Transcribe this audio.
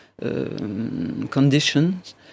conditions